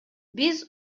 биз